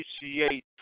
appreciate